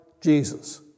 Jesus